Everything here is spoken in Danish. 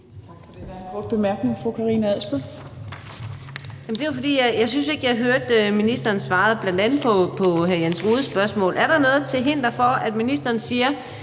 Tak for det.